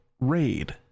raid